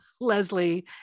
Leslie